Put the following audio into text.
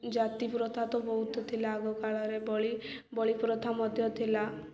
ଜାତିପ୍ରଥା ତ ବହୁତ ଥିଲା ଆଗକାଳରେ ବଳି ବଳିପ୍ରଥା ମଧ୍ୟ ଥିଲା